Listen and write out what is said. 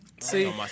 see